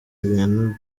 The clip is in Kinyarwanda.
ibintu